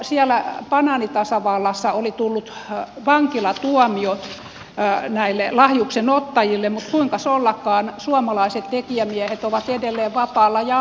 siellä banaanitasavallassa oli tullut vankilatuomiot näille lahjuksen ottajille mutta kuinkas ollakaan suoma laiset tekijämiehet ovat edelleen vapaalla jalalla